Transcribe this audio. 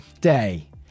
day